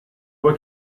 vuoi